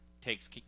takes